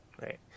right